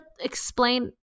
explain